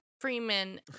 Freeman